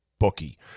bookie